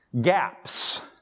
Gaps